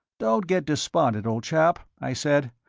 don't get despondent, old chap, i said.